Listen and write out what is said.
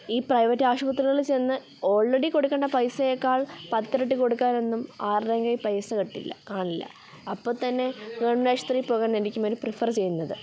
ഈ പ്രൈവറ്റ് ആശുപത്രികളിൽ ചെന്ന് ഓൾറെഡി കൊടുക്കേണ്ട പൈസയേക്കാൾ പത്ത് ഇരട്ടി കൊടുക്കാനൊന്നും ആരുടെയും കയ്യിൽ പൈസ കിട്ടില്ല കാണില്ല അപ്പം തന്നെ ഗവണ്മെൻറ് ആശുപത്രി പോകാനായിരിക്കും അവർ പ്രിഫർ ചെയ്യുന്നത്